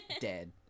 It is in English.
dead